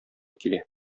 килә